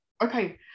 Okay